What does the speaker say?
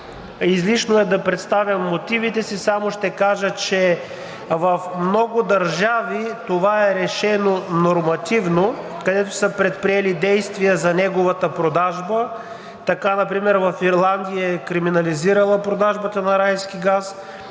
Излишно е да представям мотивите си, само ще кажа, че в много държави това е решено нормативно, където са предприели действия за неговата продажба. Така например в Ирландия е криминализирана продажбата на райски газ,